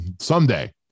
someday